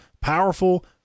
powerful